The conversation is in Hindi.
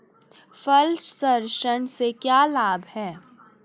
फल संरक्षण से क्या लाभ है?